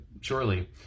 surely